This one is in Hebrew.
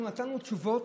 אנחנו נתנו תשובות,